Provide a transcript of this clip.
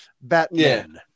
Batman